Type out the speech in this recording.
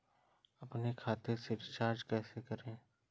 अपने खाते से रिचार्ज कैसे करें?